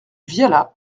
viala